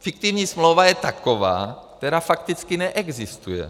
Fiktivní smlouva je taková, která fakticky neexistuje.